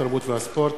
התרבות והספורט,